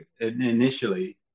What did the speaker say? initially